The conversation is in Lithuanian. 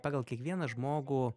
pagal kiekvieną žmogų